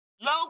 low